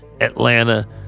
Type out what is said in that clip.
Atlanta